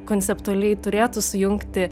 konceptualiai turėtų sujungti